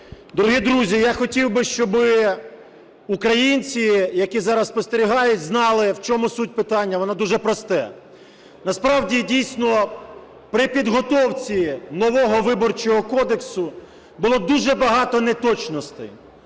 Дорогі друзі, я хотів би, щоб українці, які зараз спостерігають, знали, в чому суть питання. Воно дуже просте. Насправді, дійсно, при підготовці нового Виборчого кодексу було дуже багато неточностей.